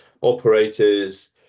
operators